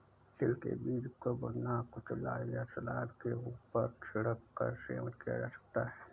तिल के बीज को भुना, कुचला या सलाद के ऊपर छिड़क कर सेवन किया जा सकता है